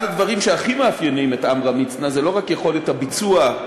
אחד הדברים שהכי מאפיינים את עמרם מצנע הוא לא רק יכולת הביצוע,